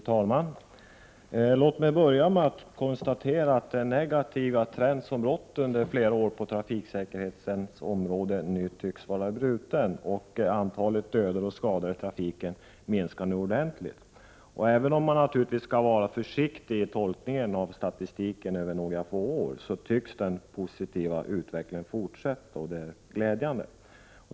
Fru talman! Låt mig börja med att konstatera att den negativa trend som rått under flera år på trafiksäkerhetens område nu tycks vara bruten. Antalet dödade och skadade i trafiken minskar nu ordentligt. Även om man naturligtvis skall vara försiktig i tolkningen av statistiken över några få år, så tycks den positiva utvecklingen fortsätta. Det är glädjande.